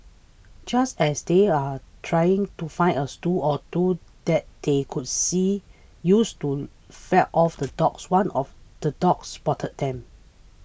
just as they are trying to find a or two that they could see use to fend off the dogs one of the dogs spotted them